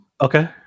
Okay